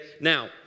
Now